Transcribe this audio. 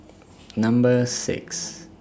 Number six